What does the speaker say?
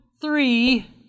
three